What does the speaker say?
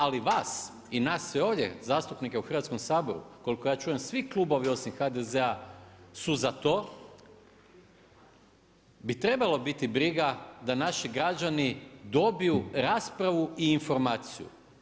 Ali vas i nas sve ovdje zastupnike u Hrvatskom saboru, koliko ja čujem, svi klubovi osim HDZ-a su za to, bi trebalo biti briga da naši građani dobiju raspravu i informaciju.